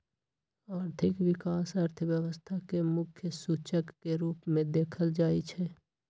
आर्थिक विकास अर्थव्यवस्था के मुख्य सूचक के रूप में देखल जाइ छइ